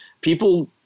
people